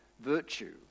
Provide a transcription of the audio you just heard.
virtue